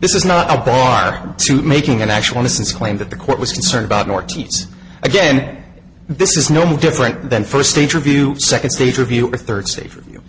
this is not a bar to making an actual innocence claim that the court was concerned about more teams again this is no different than first interview second stage review third say for if you